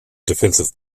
defensive